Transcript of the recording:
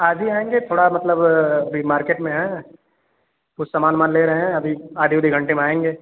आज ही आएंगे थोड़ा मतलब अभी मार्केट में हैं कुछ सामान वामान ले रहे हैं अभी आधे वधे घंटे में आएंगे